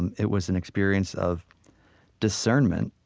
and it was an experience of discernment.